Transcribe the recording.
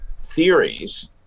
theories